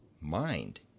mind